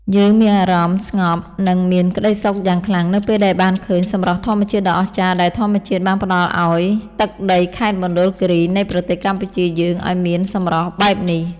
យើងមានអារម្មណ៍ស្ងប់ និង មានក្តីសុខយ៉ាងខ្លាំងនៅពេលដែលបានឃើញសម្រស់ធម្មជាតិដ៏អស្ចារ្យដែលធម្មជាតិបានផ្តល់ឱ្យទឹកដីខេត្តមណ្ឌលគីរីនៃប្រទេសកម្ពុជាយើងឱ្យមានសម្រស់បែបនេះ។